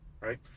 Right